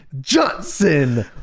Johnson